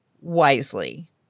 wisely